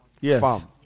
Yes